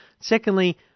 Secondly